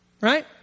Right